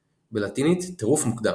(בלטינית, "טירוף מוקדם").